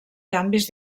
canvis